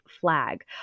flag